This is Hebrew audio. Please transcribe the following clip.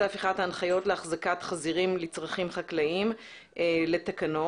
הפיכת ההנחיות להחזקת חזירים לצרכים חקלאיים לתקנות,